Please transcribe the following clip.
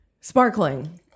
sparkling